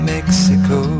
Mexico